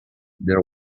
there